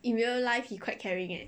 in real life he quite caring leh